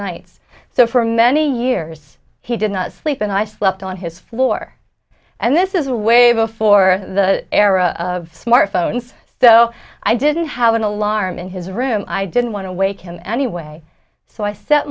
nights so for many years he did not sleep and i slept on his floor and this is away before the era of smartphones so i didn't have an alarm in his room i didn't want to wake him anyway so i set